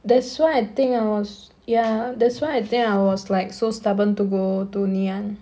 that's why I think I was ya that's why I think I was like so stubborn to go to ngee ann